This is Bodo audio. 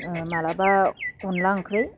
ओ माब्लाबा अनद्ला ओंख्रि